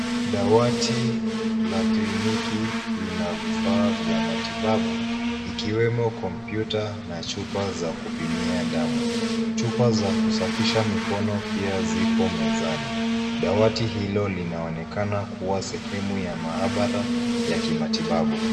Dawati la kliniki lina vifaa vya matibabu ikiwemo kompyuta na chupa za kupimia damu. Chupa za kusafisha mikono pia ziko mezani. Dawati hilo linaonekana kuwa sehemu ya maabara ya kimatibabu.